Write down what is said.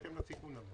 שר האוצר,